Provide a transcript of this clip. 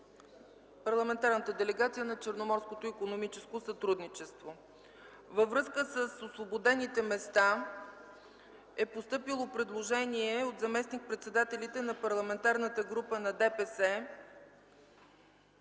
Парламентарната делегация на Черноморското икономическо сътрудничество. Във връзка с освободените места е постъпило предложение от заместник-председателите на Парламентарната група на ДПС,